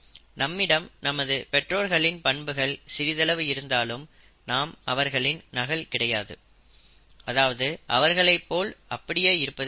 நம்மிடம் நமது பெற்றோர்களின் பண்புகள் சிறிதளவு இருந்தாலும் நாம் அவர்களின் நகல் கிடையாது அதாவது அவர்களை போல் அப்படியே இருப்பது கிடையாது